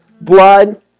Blood